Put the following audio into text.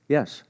Yes